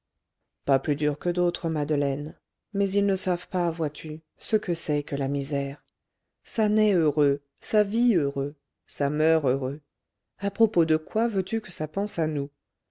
pas plus durs que d'autres madeleine mais ils ne savent pas vois-tu ce que c'est que la misère ça naît heureux ça vit heureux ça meurt heureux à propos de quoi veux-tu que ça pense à nous